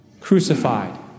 crucified